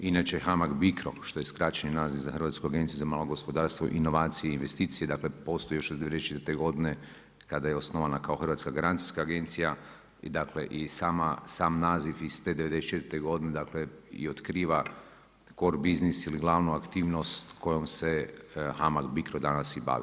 Inače, HAMAG BICRO, što je skraćeni naziv za Hrvatsku agenciju za malo gospodarstvo, inovacije i investicije, dakle postoji još od 94' godine kada je osnovana kako Hrvatska garancijska agencija i sam naziv iz te 94' godine, dakle i okvira cor biznis ili glavnu aktivnost kojom se HAMAG BICRO danas i bavi.